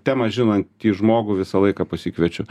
temą žinantį žmogų visą laiką pasikviečiu